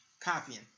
Copying